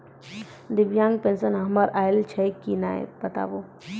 दिव्यांग पेंशन हमर आयल छै कि नैय बताबू?